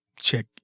check